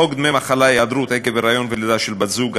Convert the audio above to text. חוק דמי מחלה (היעדרות עקב היריון ולידה של בת-זוג),